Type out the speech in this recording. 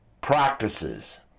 practices